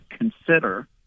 consider